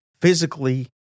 physically